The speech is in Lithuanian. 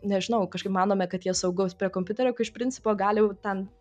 nežinau kažkaip manome kad jie saugūs prie kompiuterio kai iš principo gali jau ten